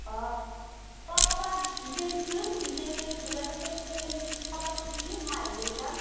অঁ তই ক'ৰবাত বিচাৰিবিছোন এই বিচাৰি যোগাযোগ কৰি পেলাই মোক খবৰটো দিবি মই আহি লৈ যাম